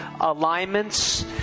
alignments